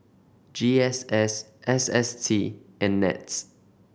G S S S S T and NETS